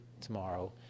tomorrow